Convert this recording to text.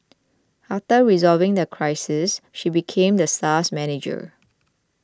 after resolving the crisis she became the star's manager